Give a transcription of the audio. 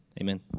amen